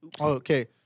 Okay